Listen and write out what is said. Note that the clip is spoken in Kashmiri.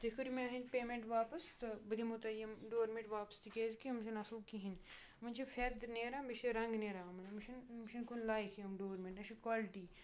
تُہۍ کٔرِو مےٚ أہٕنٛدۍ پیمٮ۪نٛٹ واپَس تہٕ بہٕ دِمو تۄہہِ یِم ڈورمیٹ واپَس تِکیٛازِکہِ یِم چھِنہٕ اَصٕل کِہیٖنۍ یِمَن چھُ فٮ۪ت نیران بیٚیہِ چھُ رنٛگ نیران إمَن یِم چھِنہٕ یِم چھِنہٕ کُنہِ لایق یِم ڈورمیٹ نہ چھِ کالٹی